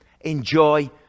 Enjoy